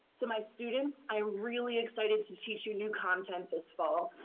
to my students, i'm really excited to teach you new content this fall.